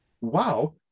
wow